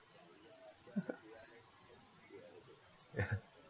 ya